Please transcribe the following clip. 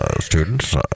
Students